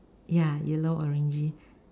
ya yellow orangey